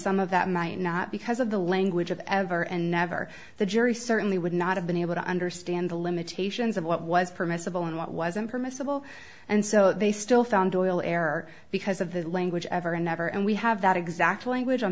some of that might not because of the language of ever and never the jury certainly would not have been able to understand the limitations of what was permissible and what wasn't permissible and so they still found oil error because of the language ever and never and we have that exact language on